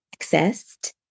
accessed